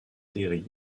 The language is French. terry